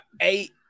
eight